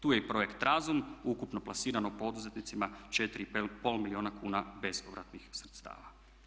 Tu je i projekt RAZUM ukupno plasirano poduzetnicima 4,5 milijuna kuna bespovratnih sredstava.